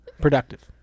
Productive